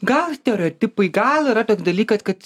gal stereotipai gal yra toks dalykas kad